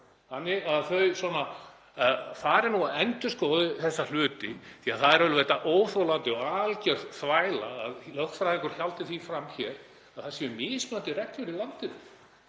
þannig að þau fari nú að endurskoða þessa hluti. Það er auðvitað óþolandi og algjör þvæla að lögfræðingur haldi því fram hér að það séu mismunandi reglur í landinu.